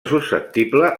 susceptible